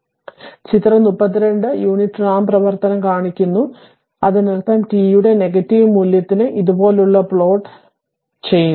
അതിനാൽ ചിത്രം 32 unit ramp പ്രവർത്തനം കാണിക്കുന്നു അതിനർത്ഥം t യുടെ നെഗറ്റീവ് മൂല്യത്തിന് ഇതാണ് ഇതുപോലുള്ള പ്ലോട്ട് ഇത് ഇതുപോലെ പ്ലോട്ട് ചെയ്യുന്നു